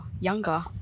younger